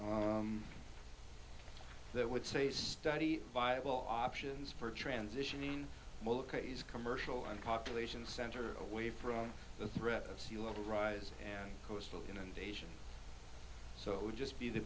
know that would say study viable options for transition in commercial and population center away from the threat of sea level rise and coastal inundation so it would just be the